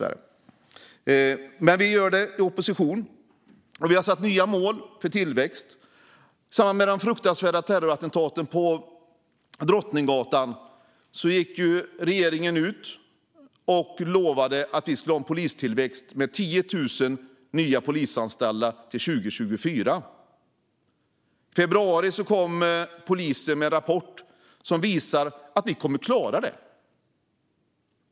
Vi gör det i stället i opposition. Vi har satt nya mål för tillväxt. I samband med det fruktansvärda terrorattentatet på Drottninggatan gick regeringen ut och lovade en tillväxt med 10 000 nya polisanställda till 2024. I februari kom polisen med en rapport som visar att man kommer att klara det.